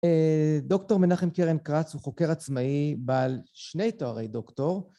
דוקטור מנחם קרן קרץ הוא חוקר עצמאי, בעל שני תוארי דוקטור.